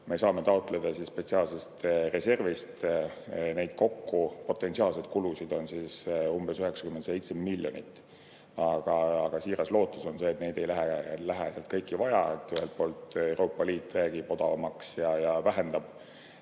me saame taotleda spetsiaalsest reservist. Neid potentsiaalseid kulusid kokku on umbes 97 miljonit. Aga siiras lootus on see, et kõike ei lähe vaja – ühelt poolt Euroopa Liit räägib odavamaks ja vähendab